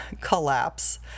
collapse